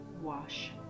wash